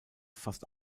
fast